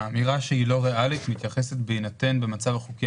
האמירה "לא ריאלי" מתייחסת בהינתן המצב החוקי